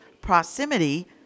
proximity